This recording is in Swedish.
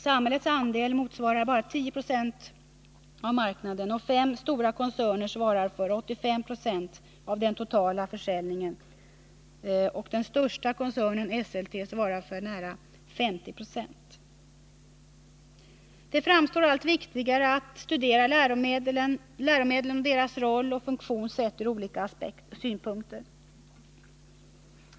Samhällets andel motsvarar bara 10 26 av marknaden. Fem stora koncerner svarar för nära 85 20 av den totala försäljningen. Den största koncernen, Esselte AB, svarar för ca 50 96. Det framstår som allt viktigare att studera läromedlen, deras roll och funktion sett från olika synpunkter.